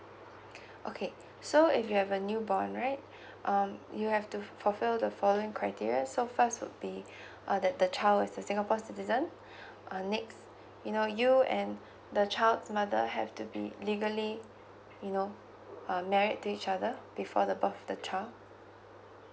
okay so if you have a new born right um you have to fulfil the following criteria so first would be uh that the child is a singapore citizen uh next you know you and the child's mother have to be legally you know uh married to each other before the birth the child